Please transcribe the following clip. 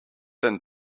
than